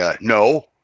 no